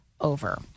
over